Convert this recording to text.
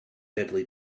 deadly